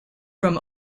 from